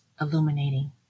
illuminating